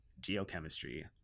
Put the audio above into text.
geochemistry